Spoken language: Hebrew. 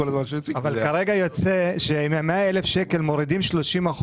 אבל כרגע יוצא שאם מ-100,000 שקל מורידים 30%,